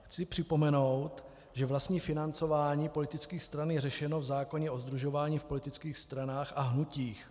Chci připomenout, že vlastní financování politických stran je řešeno v zákoně o sdružování v politických stranách a hnutích.